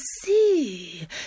see